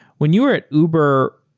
when you are at uber,